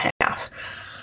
half